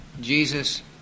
Jesus